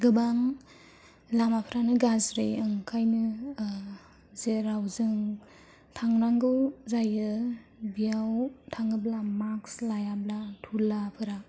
गोबां लामाफ्रानो गाज्रि ओंखायनो जेराव जों थांनांगौ जायो बेयाव थाङोब्ला मास्क लायाब्ला धुलाफोरा